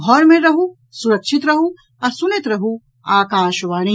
घर मे रहू सुरक्षित रहू आ सुनैत रहू आकाशवाणी